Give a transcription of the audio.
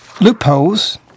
loopholes